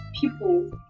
people